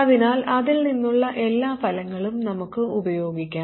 അതിനാൽ അതിൽ നിന്നുള്ള എല്ലാ ഫലങ്ങളും നമുക്ക് ഉപയോഗിക്കാം